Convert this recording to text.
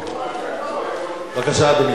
לא שכנעת בכלל.